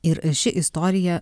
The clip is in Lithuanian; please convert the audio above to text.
ir ši istorija